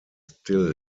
still